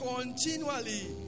continually